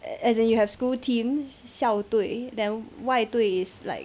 as in you have school team 校对 then 外对 is like